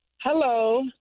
Hello